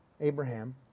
Abraham